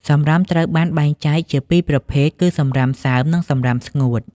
សំរាមត្រូវបានបែងចែកជាពីរប្រភេទគឺសំរាមសើម និងសំរាមស្ងួត។